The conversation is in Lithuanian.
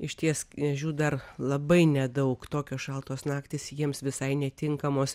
išties ežių dar labai nedaug tokios šaltos naktys jiems visai netinkamos